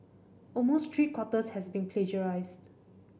almost three quarters has been plagiarised